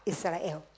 Israel